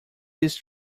this